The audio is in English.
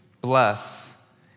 Bless